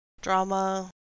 drama